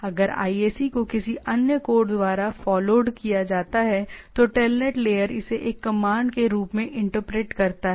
अगर IAC को किसी अन्य कोड द्वारा फॉलोड किया जाता है तो TELNET लेयर इसे एक कमांड के रूप में इंटरप्रेट करता है